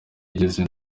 yigeze